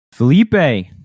Felipe